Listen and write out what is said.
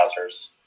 browsers